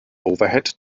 overhead